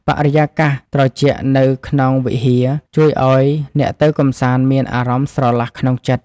បរិយាកាសត្រជាក់នៅក្នុងវិហារ ជួយឱ្យអ្នកទៅកម្សាន្តមានអារម្មណ៍ស្រឡះក្នុងចិត្ត។